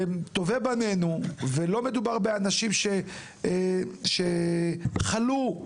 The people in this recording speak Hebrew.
לא מדובר באנשים שחלו,